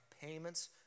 payments